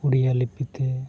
Odia ᱞᱤᱯᱤᱛᱮ